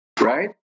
right